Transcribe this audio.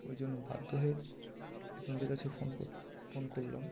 ওই জন্য বাধ্য হয়ে আপনাদের কাছে ফোন ফোন করলাম